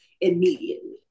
immediately